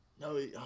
No